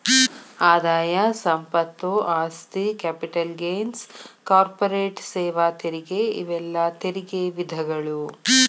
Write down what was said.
ಆದಾಯ ಸಂಪತ್ತು ಆಸ್ತಿ ಕ್ಯಾಪಿಟಲ್ ಗೇನ್ಸ್ ಕಾರ್ಪೊರೇಟ್ ಸೇವಾ ತೆರಿಗೆ ಇವೆಲ್ಲಾ ತೆರಿಗೆ ವಿಧಗಳು